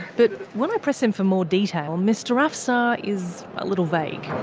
but when i press him for more detail, mr afsar is a little vague.